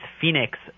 Phoenix